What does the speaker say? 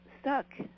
stuck